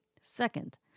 Second